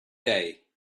day